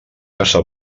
casa